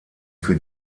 für